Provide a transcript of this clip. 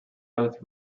both